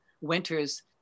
winters